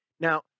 Now